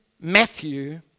Matthew